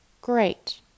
Great